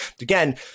again